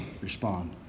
respond